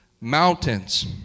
mountains